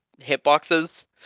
hitboxes